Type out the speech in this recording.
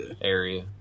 area